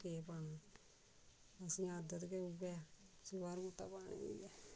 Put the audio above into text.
केह् पाना असें आदत गै उ'यै ऐ सलवार कुर्ता पाने दी ऐ